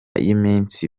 y’iminsi